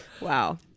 Wow